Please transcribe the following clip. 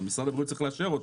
משרד הבריאות צריך לאשר אותו,